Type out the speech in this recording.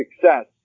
success